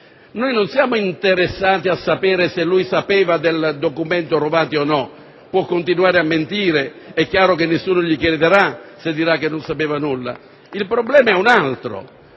Noi non siamo interessati a sapere se lui sapeva del documento Rovati o no, può continuare a mentire, è chiaro che nessuno gli crederà se dirà che non sapeva nulla. *(Applausi dal*